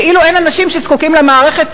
כאילו אין אנשים שזקוקים למערכת,